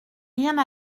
rien